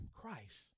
Christ